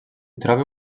troba